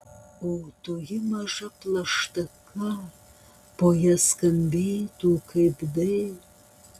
o toji maža plaštaka po ja skambėtų kaip d